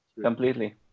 completely